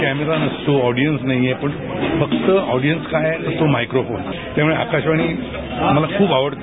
camera नसतो audience नाहि आहे पण फक्त ऑडियन्स काय आहे तर फक्त मायक्रोफोन त्यामुळे आकाशवाणी मला खूप आवडते